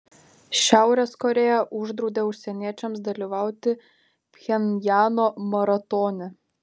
šiaurės korėja uždraudė užsieniečiams dalyvauti pchenjano maratone